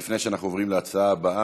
לפני שאנחנו עוברים להצעה הבאה,